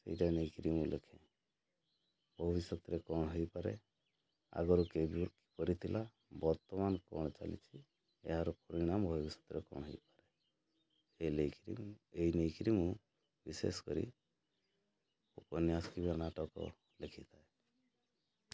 ସେଇଟା ନେଇକିରି ମୁଁ ଲେଖେ ଭବିଷ୍ୟତରେ କ'ଣ ହେଇପାରେ ଆଗରୁ କେମିତି କରିଥିଲା ବର୍ତ୍ତମାନ କ'ଣ ଚାଲିଛି ଏହାର ପରିଣାମ ଭବିଷ୍ୟତରେ କ''ଣ ହେଇପାରେ ଏ ନେଇକରି ଏଇ ନେଇକରି ମୁଁ ବିଶେଷ କରି ଉପନ୍ୟାସ କିମ୍ବା ନାଟକ ଲେଖିଥାଏ